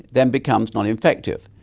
then becomes non-infective.